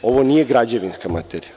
Ovo nije građevinska materija.